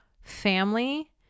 family